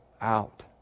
out